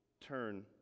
turn